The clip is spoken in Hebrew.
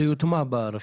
זה יוטמע ברשות.